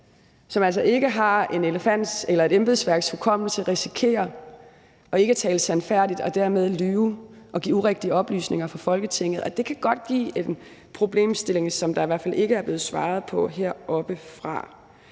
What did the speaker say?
som altså ikke har en elefants eller et embedsværks hukommelse, risikerer ikke at tale sandfærdigt og dermed lyve og give urigtige oplysninger over for Folketinget. Og det kan godt give en problemstilling, som der i hvert fald ikke er blevet svaret på heroppefra,